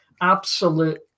Absolute